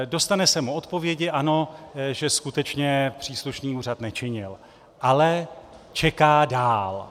Dostane se mu odpovědi ano, že skutečně příslušný úřad nečinil, ale čeká dál.